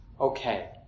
okay